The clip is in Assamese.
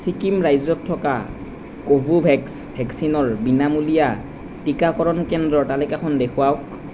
ছিকিম ৰাজ্যত থকা কোভোভেক্স ভেকচিনৰ বিনামূলীয়া টীকাকৰণ কেন্দ্ৰৰ তালিকাখন দেখুৱাওঁক